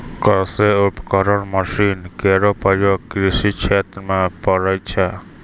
कृषि उपकरण मसीन केरो प्रयोग कृषि क्षेत्र म पड़ै छै